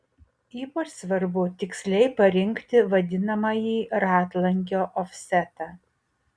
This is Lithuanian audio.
ypač svarbu tiksliai parinkti vadinamąjį ratlankio ofsetą